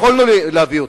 יכולנו להביא אותם,